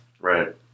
Right